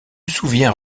souviens